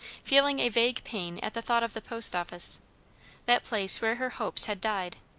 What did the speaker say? feeling a vague pain at the thought of the post office that place where her hopes had died.